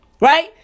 Right